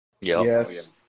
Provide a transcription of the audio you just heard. Yes